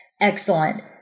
Excellent